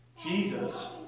Jesus